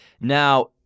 Now